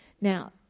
Now